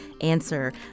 answer